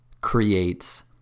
creates